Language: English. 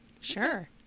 sure